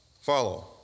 Follow